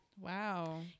wow